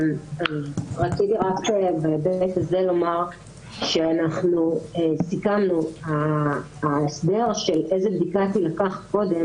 רציתי להגיד לומר לגבי מה שסיכמנו בנוגע להסדר איזו בדיקה תילקח קודם